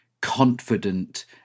confident